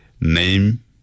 name